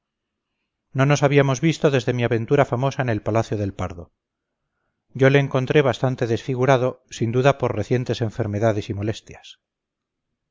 no nos habíamos visto desde mi aventura famosa en el palacio del pardo yo le encontré bastante desfigurado sin duda por recientes enfermedades y molestias